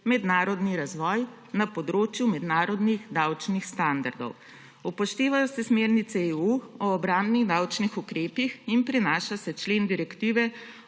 mednarodni razvoj na področju mednarodnih davčnih standardov. Upoštevajo se smernice EU o obrambnih davčnih ukrepih in prenaša se člen direktive